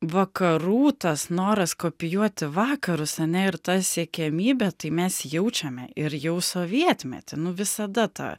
vakarų tas noras kopijuoti vakarus ane ir ta siekiamybė tai mes jaučiame ir jau sovietmety nu visada ta